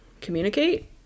communicate